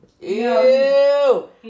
Ew